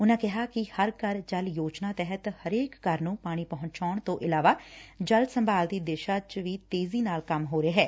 ਉਨੂਾ ਕਿਹਾ ਕਿ ਹਰ ਘਰ ਜਲ ਯੋਜਨਾ ਤਹਿਤ ਹਰੇਕ ਘਰ ਨੂੰ ਪਾਣੀ ਪਹੁੰਚਾਣ ਤੋਂ ਇਲਾਵਾ ਜਲ ਸੰਭਾਲ ਦੀ ਦਿਸ਼ਾ ਚ ਤੇਜ਼ੀ ਨਾਲ ਕੰਮ ਹੋ ਰਿਹੈ